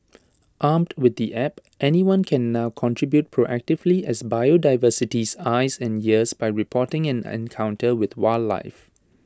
armed with the app anyone can now contribute proactively as biodiversity's eyes and ears by reporting an encounter with wildlife